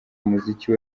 umuziki